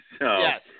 Yes